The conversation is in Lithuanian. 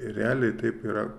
ir realiai taip yra